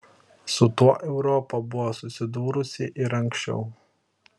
su tuo europa buvo susidūrusi ir anksčiau